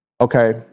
okay